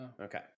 Okay